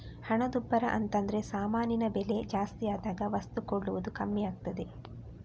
ಹಣದುಬ್ಬರ ಅಂತದ್ರೆ ಸಾಮಾನಿನ ಬೆಲೆ ಜಾಸ್ತಿ ಆದಾಗ ವಸ್ತು ಕೊಳ್ಳುವುದು ಕಮ್ಮಿ ಆಗ್ತದೆ